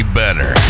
better